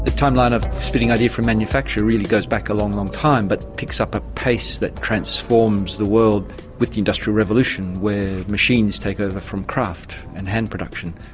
timeline of splitting idea from manufacture really goes back a long, long time but picks up a pace that transforms the world with the industrial revolution where machines take over from craft and hand-production.